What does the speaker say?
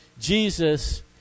Jesus